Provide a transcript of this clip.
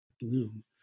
bloom